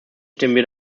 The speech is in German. stimmen